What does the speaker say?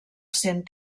sent